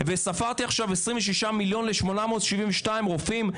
וספרתי עכשיו 26 מיליון ל-872 רופאים,